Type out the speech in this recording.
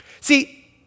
See